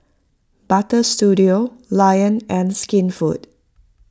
Butter Studio Lion and Skinfood